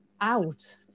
out